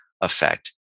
effect